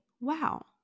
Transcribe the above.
wow